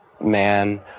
man